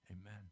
Amen